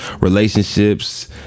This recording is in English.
Relationships